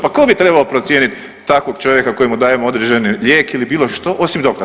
Pa tko bi trebao procijeniti takvog čovjeka kojemu dajemo određeni lijek ili bilo što osim doktora?